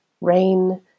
rain